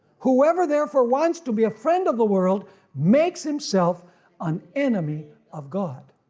whoever therefore wants to be a friend of the world makes himself an enemy of god.